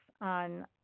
on